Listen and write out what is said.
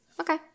Okay